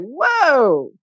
whoa